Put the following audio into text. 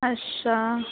अच्छा